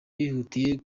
bihutiye